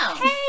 Hey